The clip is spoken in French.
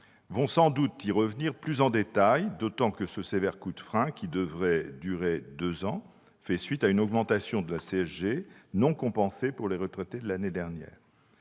sans doute plus en détail sur ce sujet, d'autant que ce sévère coup de frein, qui devrait durer deux ans, fait suite à une augmentation de la CSG, non compensée pour les retraités de l'année dernière.